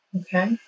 Okay